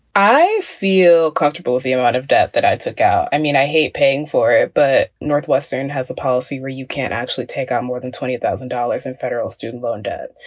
i feel comfortable with the amount of debt that i took out. i mean, i hate paying for it, but northwestern has a policy where you can't actually take out more than twenty thousand dollars in federal student loan debt.